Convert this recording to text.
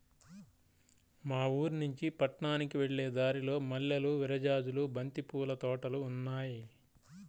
మా ఊరినుంచి పట్నానికి వెళ్ళే దారిలో మల్లెలు, విరజాజులు, బంతి పూల తోటలు ఉన్నాయ్